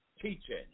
teaching